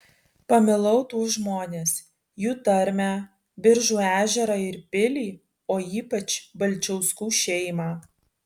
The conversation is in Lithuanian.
pamilau tuos žmones jų tarmę biržų ežerą ir pilį o ypač balčiauskų šeimą